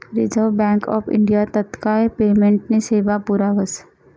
reserve Bank of India तात्काय पेमेंटनी सेवा पुरावस